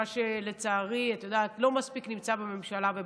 מה שלצערי לא קיים מספיק בממשלה ובכנסת.